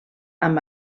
amb